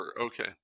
Okay